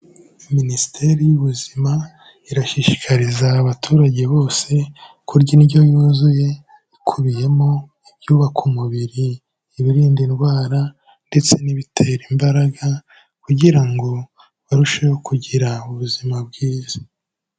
Minisiteri y'ubuzima, irashishikariza abaturage bose kurya indyo yuzuye, ikubiyemo ibyubaka umubiri, ibirinda indwara ndetse n'ibitera imbaraga kugira ngo barusheho kugira ubuzima bwiza.